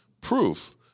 proof